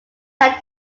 led